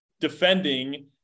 Defending